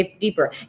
deeper